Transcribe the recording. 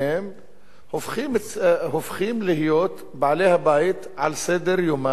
הופכים להיות בעלי הבית על סדר-יומה של הממשלה.